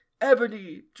ebony